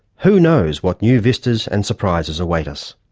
who knows what new vistas and surprises await us.